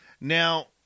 Now